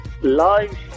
Live